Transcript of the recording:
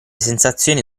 sensazioni